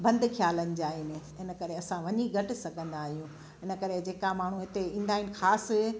बंदि ख़्यालनि जा आहिनि इनकरे असां वञी घटि सघंदा आहियूं इनकरे जे का माण्हू हिते ईंदा आहिनि ख़ासि